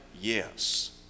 yes